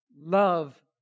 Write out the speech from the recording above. Love